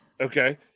Okay